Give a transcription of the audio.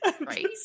Right